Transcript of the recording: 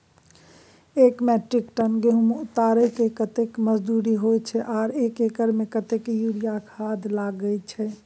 एक metric tonne गेहूं उतारेके कतेक मजदूरी होय छै आर एक एकर में कतेक यूरिया खाद लागे छै?